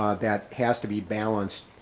ah that has to be balanced,